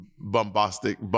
Bombastic